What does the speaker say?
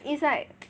is like